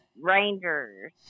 Rangers